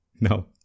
No